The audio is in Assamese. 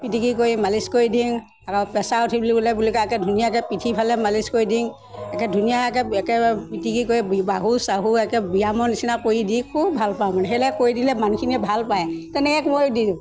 পিটিকি কৰি মালিচ কৰি দিওঁ আকৌ প্ৰেচাৰ উঠিছে বুলি ক'লে একে ধুনীয়াকৈ পিঠিফালে মালিচ কৰি দিং একে ধুনীয়াকৈ একে পিটিকি কৰি বাহু চাহু একে ব্যায়ামৰ নিচিনা কৰি দি খুব ভাল পাওঁ মানে সেইলৈ কৰি দিলে মানুহখিনিয়ে ভাল পায় তেনেকৈ কৰি দিওঁ